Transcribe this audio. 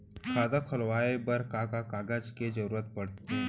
खाता खोलवाये बर का का कागज के जरूरत पड़थे?